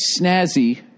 snazzy